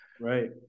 Right